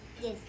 Yes